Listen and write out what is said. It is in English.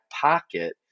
pocket